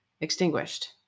extinguished